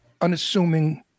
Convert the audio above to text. unassuming